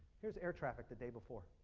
here's air traffic the day before.